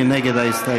מי נגד ההסתייגות?